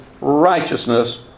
righteousness